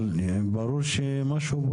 אבל ברור שמשהו לא